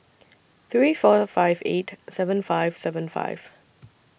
three four five eight seven five seven five